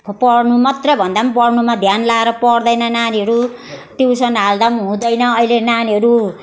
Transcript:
पढ्नु मात्र भन्दा पढ्नुमा ध्यान लगाएर पढ्दैन नानीहरू ट्युसन हाल्दा हुँदैन अहिले नानीहरू